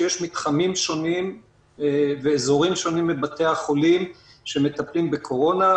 שיש מתחמים שונים ואזורים שונים בבתי החולים שמטפלים בקורונה,